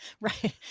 Right